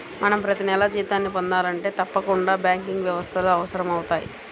మనం ప్రతినెలా జీతాన్ని పొందాలంటే తప్పకుండా బ్యాంకింగ్ వ్యవస్థలు అవసరమవుతయ్